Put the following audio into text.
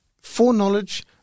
foreknowledge